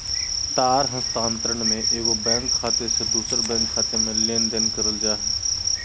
तार स्थानांतरण में एगो बैंक खाते से दूसर बैंक खाते में लेनदेन करल जा हइ